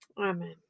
Amen